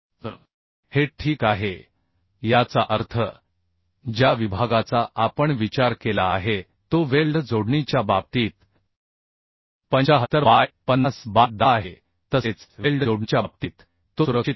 तर हे ठीक आहे याचा अर्थ ज्या विभागाचा आपण विचार केला आहे तो वेल्ड जोडणीच्या बाबतीत 75 बाय 50 बाय 10 आहे तसेच वेल्ड जोडणीच्या बाबतीत तो सुरक्षित आहे